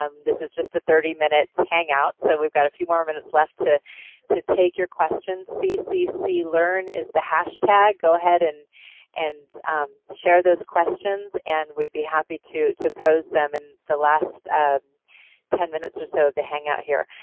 um this is just a thirty minute hangout so we've got a few minutes left to to take your questions. ccclearn is the hashtag. go ahead and and share those questions. and we'd be happy to to pose them in the last ten minutes or so at the hangout here.